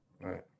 Right